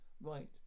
Right